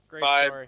Bye